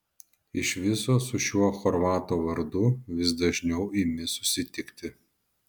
iš viso su šiuo chorvato vardu vis dažniau imi susitikti